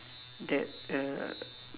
that uh